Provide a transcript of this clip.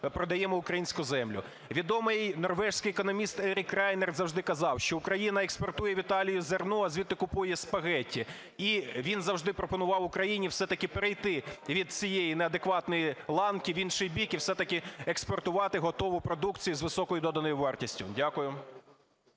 продаємо українську землю. Відомий норвезький економіст Ерік Райнерт завжди казав, що Україна експортує в Італію зерно, а звідти купує спагеті. І він завжди пропонував Україні все-таки перейти від цієї неадекватної ланки в інший бік і все-таки експортувати готову продукцію з високою доданою вартістю. Дякую.